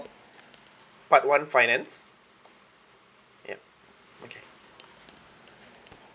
part one finance yup okay